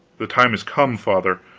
the time is come, father.